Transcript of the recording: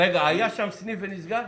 היה שם סניף ונסגר?